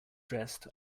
dressed